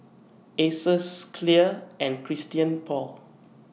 Asos Clear and Christian Paul